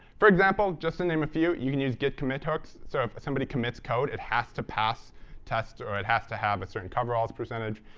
for example, just to name a few, you can use git commit hooks. so if somebody commits code, it has to pass tests or it has to have a certain coveralls percentage.